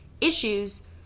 issues